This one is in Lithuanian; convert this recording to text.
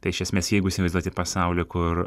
tai iš esmės jeigu įsivaizduoti pasaulį kur